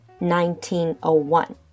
1901